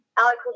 Alex